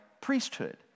priesthood